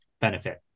benefit